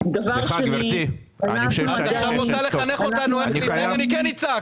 אני כן אצעק,